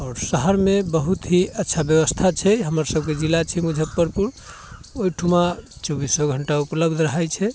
आओर शहरमे बहुत ही अच्छा व्यवस्था छै हमर सभकेँ जिला छै मुजफ्फरपुर ओहिठुमा चौबीसो घण्टा उपलब्ध रहैत छै